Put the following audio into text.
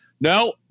no